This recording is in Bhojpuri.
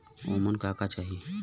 ओमन का का चाही?